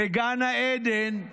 בגן העדן,